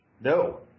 No